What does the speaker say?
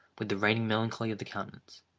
with the reigning melancholy of the countenance.